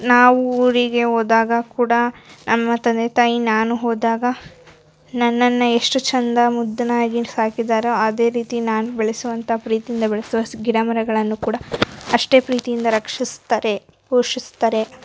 ನಾವು ಊರಿಗೆ ಹೋದಾಗ ಕೂಡ ನಮ್ಮ ತಂದೆ ತಾಯಿ ನಾನು ಹೋದಾಗ ನನ್ನನ್ನ ಎಷ್ಟು ಚಂದ ಮುದ್ದನಾಗಿ ಸಾಕಿದಾರೋ ಅದೇ ರೀತಿ ನಾನು ಬೆಳೆಸುವಂಥ ಪ್ರೀತಿಯಿಂದ ಬೆಳೆಸುವ ಸ್ ಗಿಡ ಮರಗಳನ್ನು ಕೂಡ ಅಷ್ಟೇ ಪ್ರೀತಿಯಿಂದ ರಕ್ಷಿಸ್ತಾರೆ ಪೋಷಿಸ್ತಾರೆ